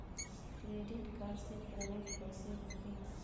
Credit card से payment कईसे होखेला?